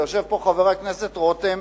ויושב פה חבר הכנסת רותם,